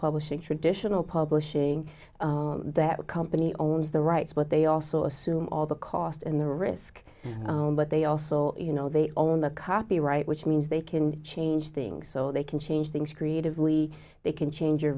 publishing traditional publishing that a company owns the rights but they also assume all the cost and the risk but they also you know they own the copyright which means they can change things so they can change things creatively they can change your